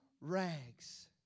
rags